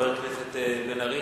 חברי הכנסת בן-ארי